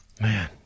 Man